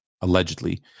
allegedly